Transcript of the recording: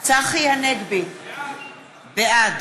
בעד